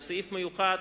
בסעיף מיוחד,